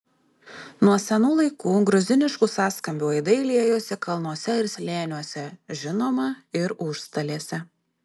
nuo senų laikų gruziniškų sąskambių aidai liejosi kalnuose ir slėniuose žinoma ir užstalėse